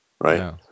right